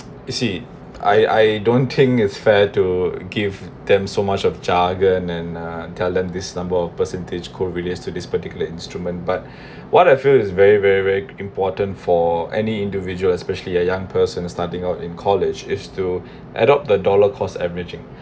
you see I I don't think it's fair to give them so much of jargon and uh tell them this number of percentage called released to this particular instrument but what I feel is very very very important for any individual especially a young person to starting out in college is to adopt the dollar cost averaging